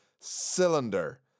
cylinder